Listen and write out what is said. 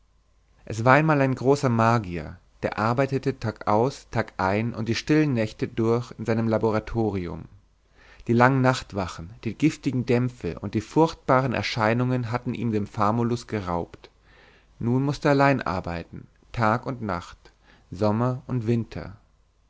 es war einmal ein großer magier der arbeitete tag aus tag ein und die stillen nächte durch in seinem laboratorium die langen nachtwachen die giftigen dämpfe und die furchtbaren erscheinungen hatten ihm den famulus geraubt nun mußte er allein arbeiten tag und nacht sommer und winter